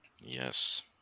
Yes